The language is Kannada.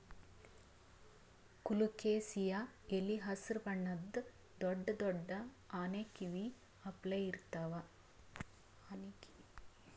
ಕೊಲೊಕೆಸಿಯಾ ಎಲಿ ಹಸ್ರ್ ಬಣ್ಣದ್ ದೊಡ್ಡ್ ದೊಡ್ಡ್ ಆನಿ ಕಿವಿ ಅಪ್ಲೆ ಇರ್ತವ್